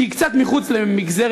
שהיא קצת מחוץ למסגרת